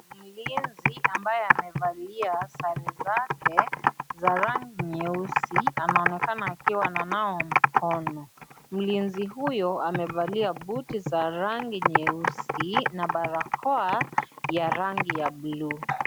Mlinzi ambaye amevalia sare zake za rangi nyeusi anaonekana akiwa ananawa mkono, mlinzi huyo amevalia buti za rangi nyeusi na barakoa ya rangi ya bulu.